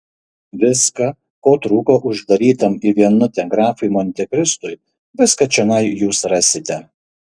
viską ko trūko uždarytam į vienutę grafui montekristui viską čionai jūs rasite